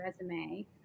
resume